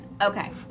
Okay